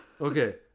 Okay